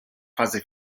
fase